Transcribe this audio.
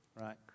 right